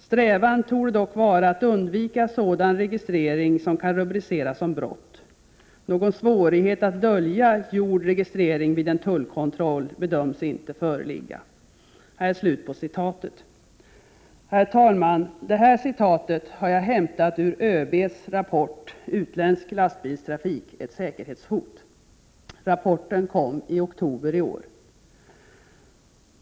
Strävan torde dock vara att undvika sådan registrering som kan rubriceras som brott. Någon svårighet att dölja gjord registrering vid en tullkontroll bedöms inte föreligga.” Herr talman! De här citaten har jag hämtat ur ÖB:s rapport Utländsk lastbilstrafik, ett säkerhetshot? Rapporten kom i oktober i år.